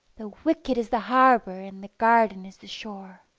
the wicket is the harbour and the garden is the shore.